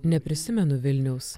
neprisimenu vilniaus